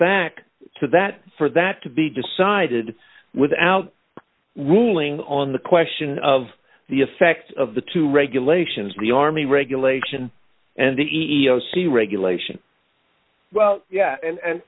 back to that for that to be decided without ruling on the question of the effect of the two regulations the army regulation and the e e o c regulation well yes and and